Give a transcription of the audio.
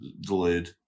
delayed